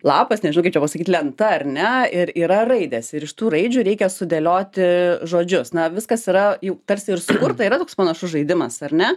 lapas nežinau kaip čia pasakyt lenta ar ne ir yra raidės ir iš tų raidžių reikia sudėlioti žodžius na viskas yra jau tarsi ir sukurta yra toks panašus žaidimas ar ne